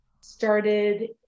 Started